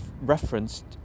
referenced